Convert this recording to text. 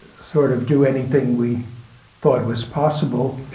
sort of do anything we thought was possible,